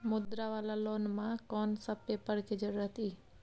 मुद्रा वाला लोन म कोन सब पेपर के जरूरत इ?